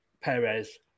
Perez